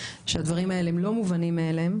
שהדברים האלה לא מובנים מאליהם,